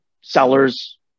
sellers